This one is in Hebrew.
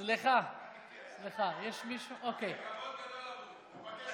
זה כבוד גדול עבורי.